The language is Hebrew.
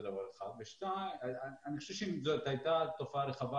אני חושב שאם זאת הייתה תופעה רחבה,